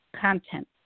content